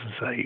say